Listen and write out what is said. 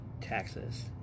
taxes